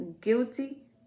guilty